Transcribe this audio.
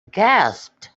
gasped